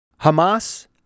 Hamas